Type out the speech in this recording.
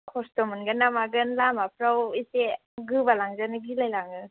खस्थ' मोनगोन ना मागोन लामाफ्राव एसे गोबालांजानो गिलाय लाङो